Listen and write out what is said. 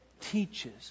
teaches